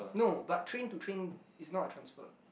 no but train to train is not a transfer